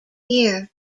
here